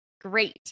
Great